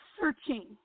searching